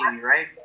right